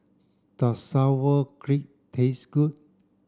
does Sauerkraut taste good